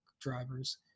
drivers